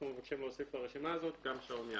אנחנו מבקשים להוסיף לרשימה הזאת גם שעון יד.